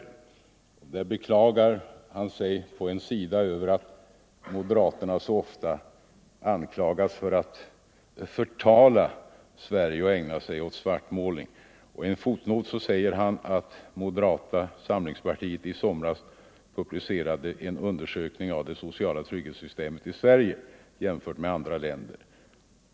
Där beklagar han sig på en sida över att moderaterna så ofta anklagas för att förtala Sverige och ägna sig åt svartmålning. I en fotnot skriver han att moderata samlingspartiet i somras publicerade en undersökning av den sociala tryggheten i Sverige jämfört med andra länder.